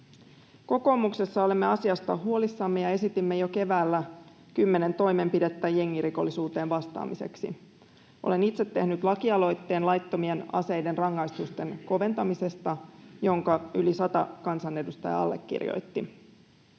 Kokoomuksessa olemme asiasta huolissamme ja esitimme jo keväällä kymmenen toimenpidettä jengirikollisuuteen vastaamiseksi. Olen itse tehnyt lakialoitteen laittomien aseiden osalta rangaistusten koventamisesta, ja yli sata kansanedustajaa allekirjoitti